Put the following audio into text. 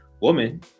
woman